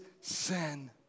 sin